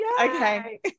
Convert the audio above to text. Okay